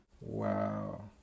wow